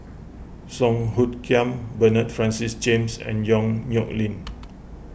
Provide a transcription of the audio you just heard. Song Hoot Kiam Bernard Francis James and Yong Nyuk Lin